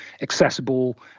accessible